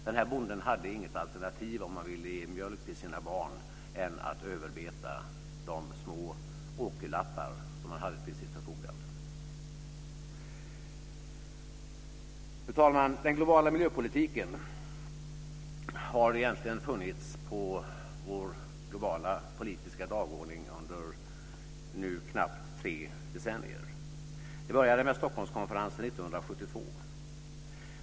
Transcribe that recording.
Den här bonden hade inget alternativ om han ville ge mjölk till sina barn, än att överbeta de små åkerlappar som han hade till sitt förfogande. Fru talman! Den globala miljöpolitiken har egentligen funnits på vår globala politiska dagordning under knappt tre decennier. Det började med Stockholmskonferensen 1972.